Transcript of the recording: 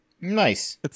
Nice